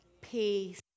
peace